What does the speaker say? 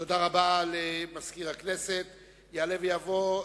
של חבר הכנסת אופיר